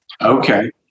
Okay